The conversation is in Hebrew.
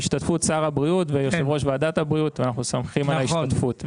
בהשתתפות שר הבריאות ויושב ראש ועדת הבריאות ואנחנו שמחים על ההשתתפות.